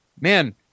man